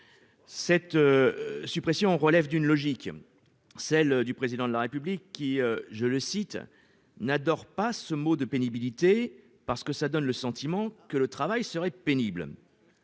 Cette suppression relève d'une logique, celle du Président de la République qui « n'adore pas ce mot de pénibilité, parce qu'il donne le sentiment que le travail serait pénible ».